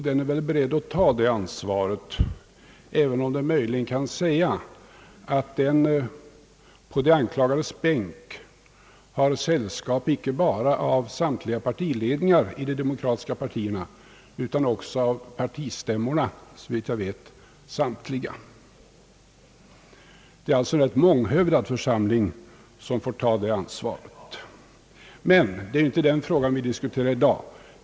Den är väl beredd att ta det ansvaret, även om man kan säga att den på de anklagades bänk har sällskap icke bara av samtliga partiledningar i de demokratiska partierna utan också av partistämmorna — såvitt jag vet samtliga. Det är alltså en rätt månghövdad församling som får ta detta ansvar. Men det är inte den frågan vi diskuterar i dag.